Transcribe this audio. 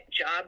Job